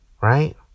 Right